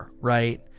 right